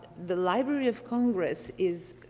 the library of congress is